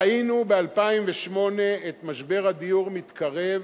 ראינו ב-2008 את משבר הדיור מתקרב,